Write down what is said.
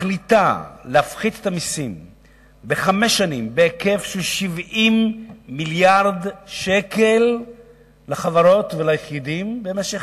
מחליטה להפחית את המסים בהיקף של 70 מיליארד שקל לחברות וליחידים במשך